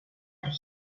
heath